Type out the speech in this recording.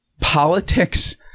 politics